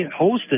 hosted